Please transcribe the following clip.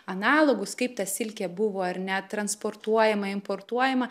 analogus kaip ta silkė buvo ar ne transportuojama importuojama